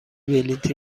بلیطی